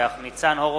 ניצן הורוביץ,